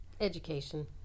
education